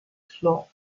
floor